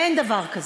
אין דבר כזה.